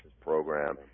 program